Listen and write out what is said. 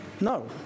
No